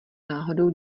náhodou